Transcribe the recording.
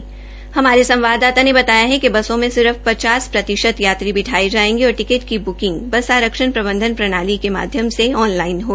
एक सरकारी प्रवकता ने बताया कि बसों में सिर्फ पचास प्रतिशत यात्री बिठाये जायेंगे और टिकट की ब्र्किंग बस आरक्षण प्रबधन प्रणाली के माध्यम से ऑन लाइन होगी